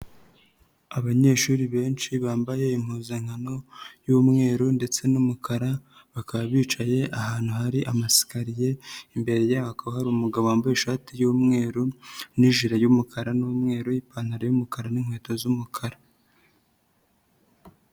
Abanyeshuri benshi bambaye impuzankano y'umweru ndetse n'umukara, bakaba bicaye ahantu hari amayesikariye, imbere yabo hari umugabo wambaye ishati y'umweru n'ijile y'umukara n'umweru, ipantaro y'umukara n'inkweto z'umukara.